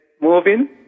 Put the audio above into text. moving